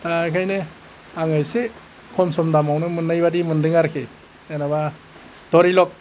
दा ओंखायनो आङो एसे खम सम दामावनो मोननाय बादि मोनदों आरोखि जेन'बा धरिलक